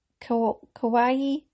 kawaii